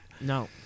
No